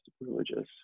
religious